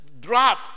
drop